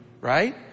right